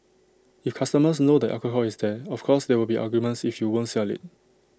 if customers know the alcohol is there of course there will be arguments if you won't sell IT